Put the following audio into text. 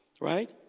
right